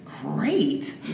great